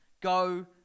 go